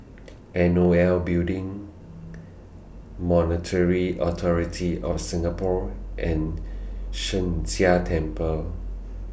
N O L Building Monetary Authority of Singapore and Sheng Jia Temple